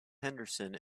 henderson